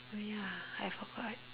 oh ya I forgot